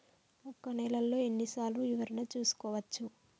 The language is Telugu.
ఒక నెలలో ఎన్ని సార్లు వివరణ చూసుకోవచ్చు?